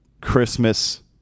Christmas